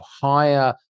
higher